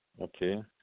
okay